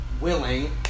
willing